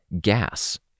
gas